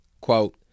Quote